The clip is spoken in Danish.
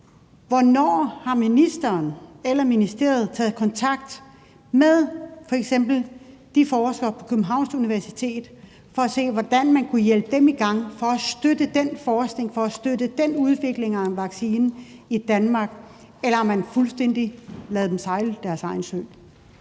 Hvornår har ministeren eller ministeriet taget kontakt til f.eks. de forskere på Københavns Universitet for at se på, hvordan man kunne hjælpe dem i gang, for at støtte forskningen i og udviklingen af en vaccine i Danmark? Eller har man fuldstændig ladet dem sejle deres egen sø?